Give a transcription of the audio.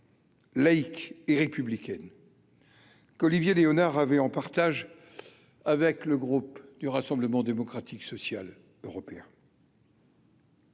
Laïque et républicaine qu'Olivier Léonard avait en partage avec le groupe du Rassemblement démocratique social européen.